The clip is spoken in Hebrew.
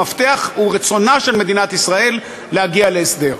המפתח הוא רצונה של מדינת ישראל להגיע להסדר.